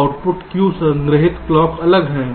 output Q संग्रहीत clock अलग हैं